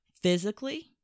physically